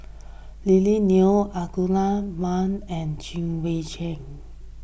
Lily Neo Ahmad Daud and Chwee Chian